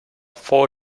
four